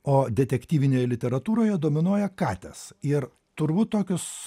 o detektyvinėje literatūroje dominuoja katės ir turbūt tokius